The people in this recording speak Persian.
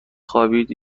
خوابید